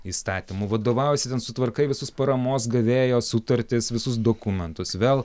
įstatymu vadovaujiesi ten sutvarkai visus paramos gavėjo sutartis visus dokumentus vėl